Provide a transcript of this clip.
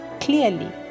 clearly